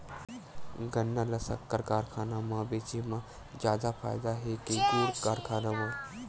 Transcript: गन्ना ल शक्कर कारखाना म बेचे म जादा फ़ायदा हे के गुण कारखाना म?